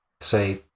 say